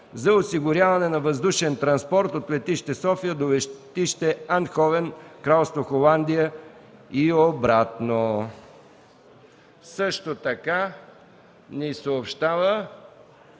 за осигуряване на въздушен транспорт от летище София до летище Айндховен, Кралство Холандия и обратно.